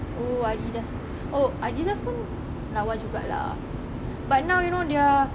oo Adidas oh Adidas pun lawa juga lah but now you know their